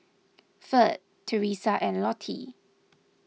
Ferd Teresa and Lottie